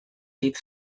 dydd